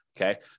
okay